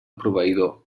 proveïdor